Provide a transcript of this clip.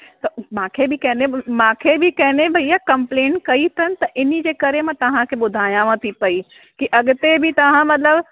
त मूंखे बि कंहिं ने मूंखे बि कंहिं ने भैया कंप्लेन कयी अथन त इनजे करे मां तव्हांखे ॿुधायांव थी पयी की अॻिते बि तव्हां मतिलब